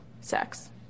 Sex